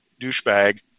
douchebag